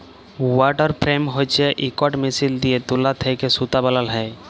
water frame হছে ইকট machine দিঁয়ে তুলা থ্যাকে সুতা বালাল হ্যয়